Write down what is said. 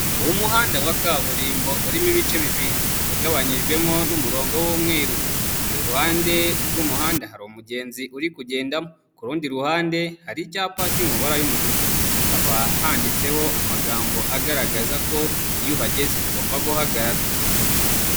Umuhanda wa kaburimbo urimo ibice bibiri ukaba ugabanyijwemo n'umurongo w'umwerur iruhande rw'umuhanda hari umugenzi uri kugendamo. Ku rundi ruhande hari icyapa kiri mu mabara y'umutuku hakaba handitseho amagambo agaragaza ko iyo uhageze ugomba guhagarara.